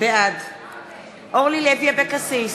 בעד אורלי לוי אבקסיס,